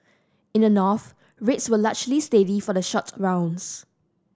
in the North rates were largely steady for the short rounds